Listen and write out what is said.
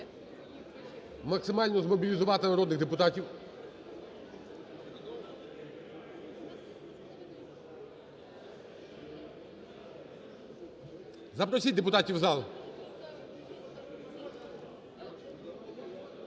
максимально змобілізувати народних депутатів. Запросіть депутатів у зал.